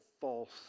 false